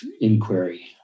inquiry